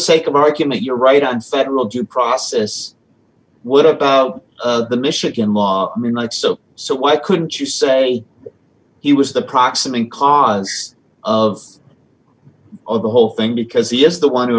sake of argument you're right on several due process what about the michigan law not so so why couldn't you say he was the proximate cause of of the whole thing because he is the one who